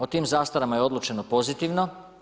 O tim zastarama je odlučeno pozitivno.